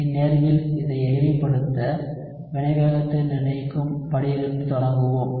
இந்நேர்வில் அதை எளிமைப்படுத்த வினைவேகத்தை நிர்ணயிக்கும் படியிலிருந்து தொடங்குவோம்